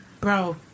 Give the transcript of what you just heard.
Bro